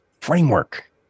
framework